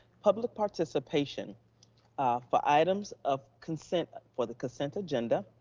public participation for items of consent for the consent agenda,